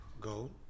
Gold